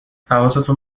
حواستون